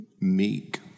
meek